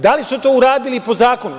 Da li su to uradili po zakonu?